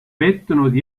pettunud